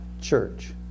church